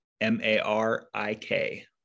M-A-R-I-K